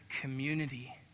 community